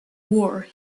war